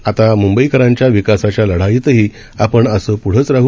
आता मुंबईकरांच्या विकासाच्या लढाईतही आपण असे प्ढेच राह